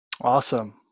Awesome